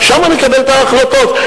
שם נקבל את ההחלטות.